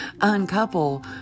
uncouple